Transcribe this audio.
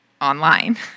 online